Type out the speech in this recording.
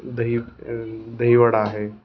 दही दहीवडा आहे